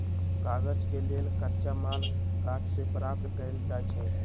कागज के लेल कच्चा माल गाछ से प्राप्त कएल जाइ छइ